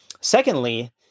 Secondly